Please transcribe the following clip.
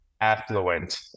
affluent